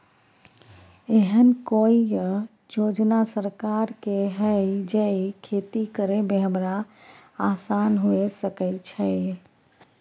एहन कौय योजना सरकार के है जै खेती करे में हमरा आसान हुए सके छै?